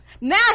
Now